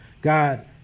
God